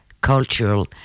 Cultural